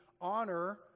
honor